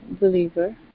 believer